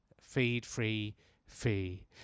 feed-free-fee